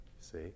See